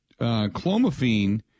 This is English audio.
clomiphene